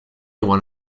one